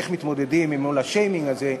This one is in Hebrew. איך מתמודדים אל מול השיימינג הזה,